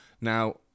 Now